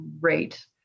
great